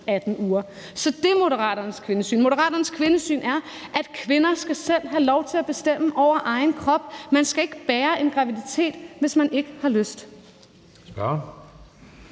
18 uger. Så det er Moderaternes kvindesyn, og Moderaternes kvindesyn er, at kvinder selv skal have lov til at bestemme over egen krop. Man skal ikke bære en graviditet, hvis man ikke har lyst.